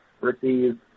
receive